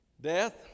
Death